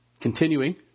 Continuing